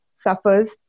suffers